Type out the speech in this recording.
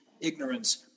ignorance